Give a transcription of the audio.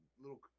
little